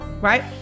right